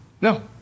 no